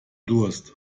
durst